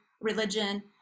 religion